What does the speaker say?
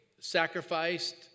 sacrificed